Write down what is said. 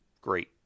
great